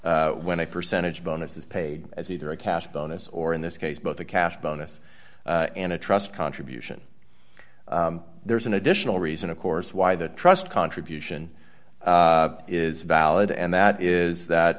when a percentage of bonuses paid as either a cash bonus or in this case both a cash bonus and a trust contribution there's an additional reason of course why the trust contribution is valid and that is that